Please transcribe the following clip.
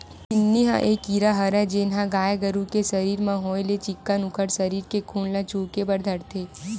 किन्नी ह ये कीरा हरय जेनहा गाय गरु के सरीर म होय ले चिक्कन उखर सरीर के खून ल चुहके बर धरथे